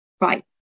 right